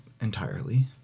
entirely